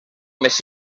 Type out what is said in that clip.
més